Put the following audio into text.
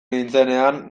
nintzenean